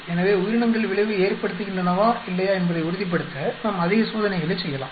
எனவே உயிரினங்கள் விளைவை ஏற்படுத்துகின்றனவா இல்லையா என்பதை உறுதிப்படுத்த நாம் அதிக சோதனைகளைச் செய்யலாம்